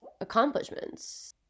accomplishments